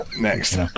Next